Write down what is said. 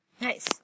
nice